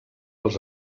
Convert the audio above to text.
els